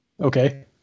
Okay